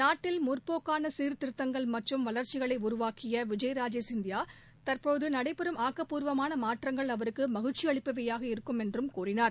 நாட்டில் முற்போக்கான சீர்திருத்தங்கள் மற்றும் வளர்ச்சிகளை உருவாக்கி விஜய ராஜே சிந்தியா தற்போது நடைபெறும் ஆக்கப்பூர்வமான மாற்றங்கள் அவருக்கு மகிழ்ச்சி அளிப்பவையாக இருக்கும் என்று கூறினார்